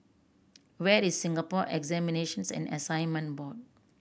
where is Singapore Examinations and Assessment Board